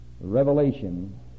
revelation